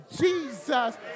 Jesus